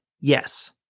Yes